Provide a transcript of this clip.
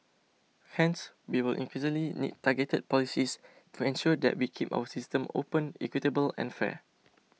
hence we will increasingly need targeted policies to ensure that we keep our systems open equitable and fair